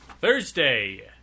thursday